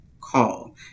call